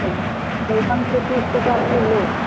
बैगन छै तीस टका किलो